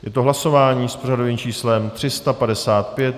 Je to hlasování s pořadovým číslem 355.